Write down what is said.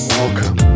welcome